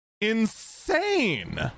insane